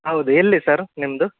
ಹೌದು ಎಲ್ಲಿ ಸರ್ ನಿಮ್ಮದು